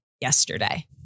yesterday